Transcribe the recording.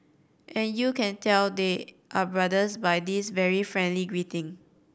and you can tell they are brothers by this very friendly greeting